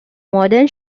modern